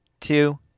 two